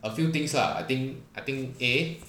a few things lah I think I think A